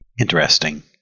Interesting